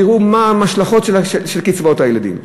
והראו מה הן ההשלכות של הקיצוץ בקצבאות הילדים.